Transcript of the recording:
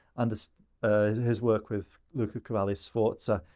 and so ah his work with luca cavalli-sforza,